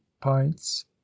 pints